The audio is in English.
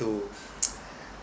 to